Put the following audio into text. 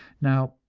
now,